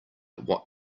what